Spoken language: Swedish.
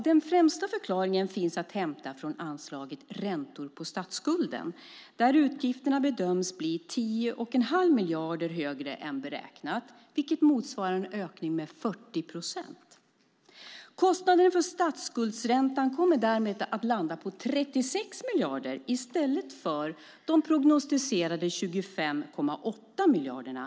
Den främsta förklaringen finns att hämta från anslaget Räntor på statsskulden, där utgifterna bedöms bli 10 1⁄2 miljard högre än beräknat, vilket motsvarar en ökning med 40 procent. Kostnaderna för statsskuldsräntan kommer därmed att landa på 36 miljarder i stället för de prognostiserade 25,8 miljarderna.